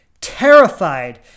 terrified